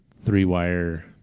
three-wire